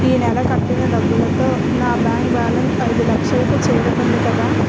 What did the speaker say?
ఈ నెల కట్టిన డబ్బుతో నా బ్యాంకు బేలన్స్ ఐదులక్షలు కు చేరుకుంది కదా